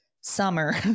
summer